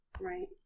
Right